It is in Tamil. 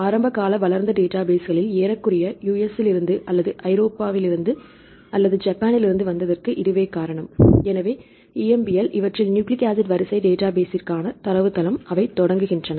ஆரம்பகால வளர்ந்த டேட்டாபேஸ்களில் ஏறக்குறைய US லிருந்து அல்லது ஐரோப்பானிலிருந்து அல்லது ஜப்பானில் இருந்து வந்ததற்கு இதுவே காரணம் எனவே EMBLஇவற்றில் நியூக்ளிக் ஆசிட் வரிசை டேட்டாபேஸ்ஸிற்கான தரவுத்தளம் அவை தொடங்குகின்றன